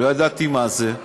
לא ידעתי מה זה.